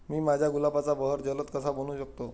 मी माझ्या गुलाबाचा बहर जलद कसा बनवू शकतो?